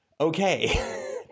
okay